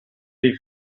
dei